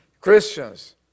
Christians